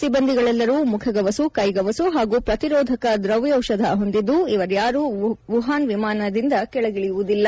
ಸಿಬ್ಲಂದಿಗಳೆಲ್ಲರೂ ಮುಖಗವಸು ಕೈಗವಸು ಹಾಗೂ ಪ್ರತಿರೋಧಕ ದ್ರವೌಷಧ ಹೊಂದಿದ್ದು ಇವರ್ಕಾರೂ ವುಹಾನ್ನಲ್ಲಿ ವಿಮಾನದಿಂದ ಕೆಳಗಿಳಿಯುವುದಿಲ್ಲ